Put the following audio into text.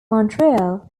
montreal